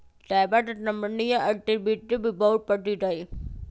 चयवा के कंपनीया एक्टिविटी भी बहुत प्रसिद्ध हई